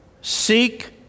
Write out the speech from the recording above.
seek